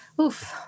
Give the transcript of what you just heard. oof